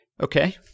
Okay